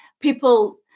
people